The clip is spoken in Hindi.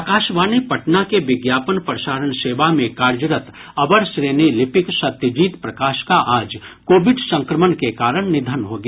आकाशवाणी पटना के विज्ञापन प्रसारण सेवा में कार्यरत अवर श्रेणी लिपिक सत्यजीत प्रकाश का आज कोविड संक्रमण के कारण निधन हो गया